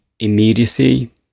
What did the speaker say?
immediacy